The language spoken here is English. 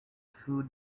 food